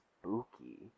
spooky